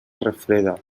refreda